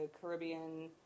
Caribbean